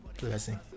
blessing